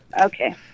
Okay